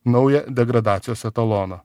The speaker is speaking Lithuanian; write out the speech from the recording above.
naują degradacijos etaloną